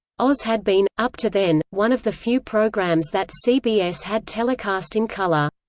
oz had been, up to then, one of the few programs that cbs had telecast in color.